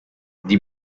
die